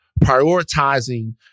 prioritizing